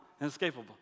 inescapable